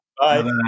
Bye